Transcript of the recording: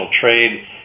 trade